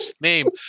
name